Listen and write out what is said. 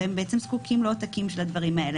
והם זקוקים לעותקים של הדברים האלה.